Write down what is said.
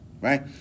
right